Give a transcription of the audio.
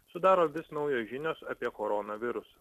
sudaro vis naujos žinios apie koronavirusą